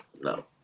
no